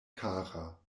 kara